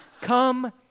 Come